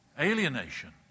Alienation